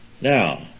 Now